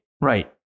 right